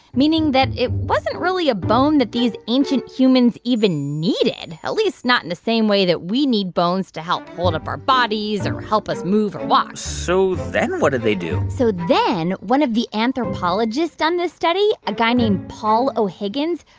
meaning that it wasn't really a bone that these ancient humans even needed, at least not in the same way that we need bones to help hold up our bodies or help us move or walk so then what did they do? so then one of the anthropologists on this study, a guy named paul o'higgins,